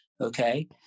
okay